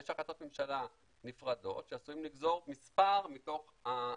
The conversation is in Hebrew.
יש החלטות ממשלה נפרדות שעשויים לגזור מספר מתוך האחוז.